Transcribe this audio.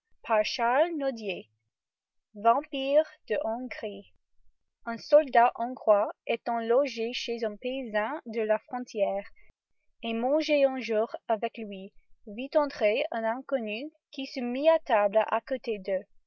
vampires de hongrie un soldat hongrois étant logé chez un paysan de la frontière et mangeant un jour avec lui vit entrer un inconnu qui se mit à table à côté d'eux